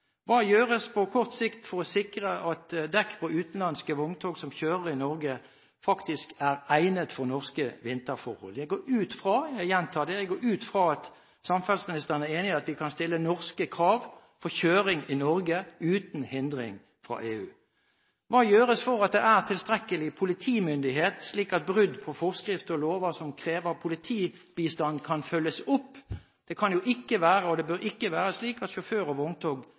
Hva gjøres på kort sikt for å sikre at dekk på utenlandske vogntog som kjører i Norge, faktisk er egnet for norske vinterforhold? Jeg går ut fra – jeg gjentar det – at samferdselsministeren er enig i at vi kan stille norske krav for kjøring i Norge uten hindring fra EU. Hva gjøres for at det er tilstrekkelig politimyndighet, slik at brudd på forskrifter og lover som krever politibistand, kan følges opp? Det kan ikke være, og det bør ikke være, slik at sjåfører